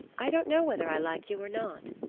i don't know whether i like you or not,